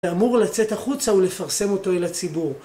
זה אמור לצאת החוצה ולפרסם אותו אל הציבור